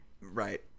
Right